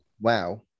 Wow